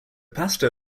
pasta